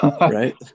right